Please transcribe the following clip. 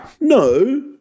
no-